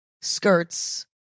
skirts